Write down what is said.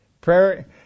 Prayer